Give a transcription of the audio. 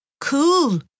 Cool